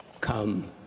come